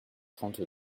trente